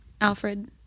Alfred